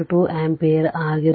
2 ampere ಆಗಿರುತ್ತದೆ